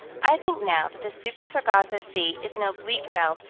i think, now, that the super-sargasso sea is an oblique belt,